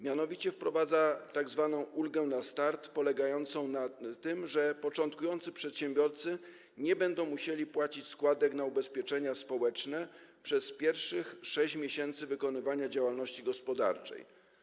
Mianowicie wprowadza tzw. ulgę na start polegającą na tym, że początkujący przedsiębiorcy nie będą musieli płacić składek na ubezpieczenia społeczne przez pierwsze 6 miesięcy wykonywania działalności gospodarczej.